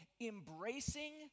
embracing